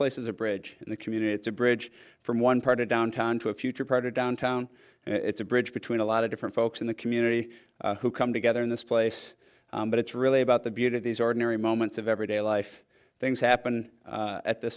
place is a bridge and the community it's a bridge from one part of downtown to a future part of downtown it's a bridge between a lot of different folks in the community who come together in this place but it's really about the beauty of these ordinary moments of everyday life things happen at th